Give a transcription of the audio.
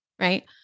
right